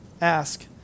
ask